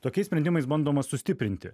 tokiais sprendimais bandoma sustiprinti